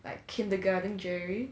like kindergarten jerry